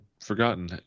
forgotten